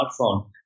smartphone